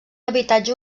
habitatge